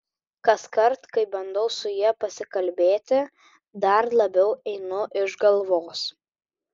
kaskart kai bandau su ja pasikalbėti dar labiau einu iš galvos